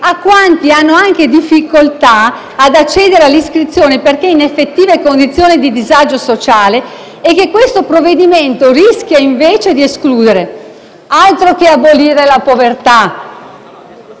a quanti hanno difficoltà anche ad accedere all'iscrizione perché in effettive condizioni di disagio sociale e che questo provvedimento rischia invece di escludere. Altro che abolire la povertà!